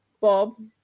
Bob